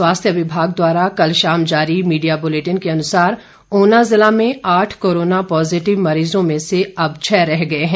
स्वास्थ्य विभाग द्वारा कल शाम जारी मीडिया बुलेटिन के अनुसार ऊना जिला में आठ कोरोना पॉजिटिव मरीजों में से अब छह रह गए हैं